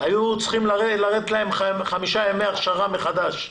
היו צריכים לרדת להם חמישה ימי אכשרה מחדש,